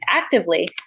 actively